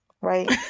right